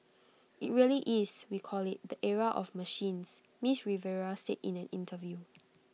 IT really is we call IT the era of machines miss Rivera said in an interview